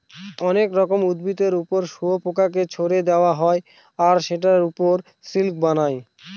অনেক রকমের উদ্ভিদের ওপর শুয়োপোকাকে ছেড়ে দেওয়া হয় আর সেটার ওপর সিল্ক বানায়